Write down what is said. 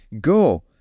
Go